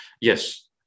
Yes